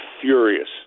furious